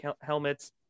helmets